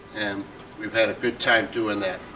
and we've had a good time doing that.